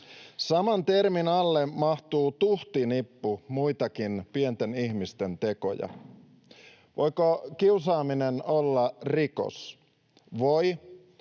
Saman termin alle mahtuu tuhti nippu muitakin pienten ihmisten tekoja. Voiko kiusaaminen olla rikos? Voi,